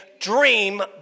dream